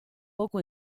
poco